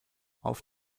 auf